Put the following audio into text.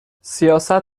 سیاست